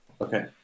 Okay